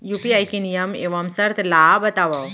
UPI के नियम एवं शर्त ला बतावव